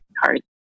hard